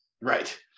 right